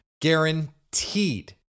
guaranteed